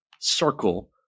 circle